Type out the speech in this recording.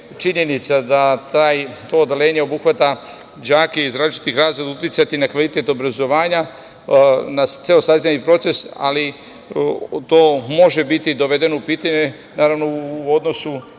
činjenica da to odeljenje obuhvata đake iz različitih razreda uticati na kvalitet obrazovanja, na ceo saznajni proces? To može biti dovedeno u pitanje, naravno, u odnosu